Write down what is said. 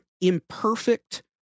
imperfect